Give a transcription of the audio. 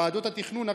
ועדות התכנון?